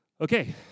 Okay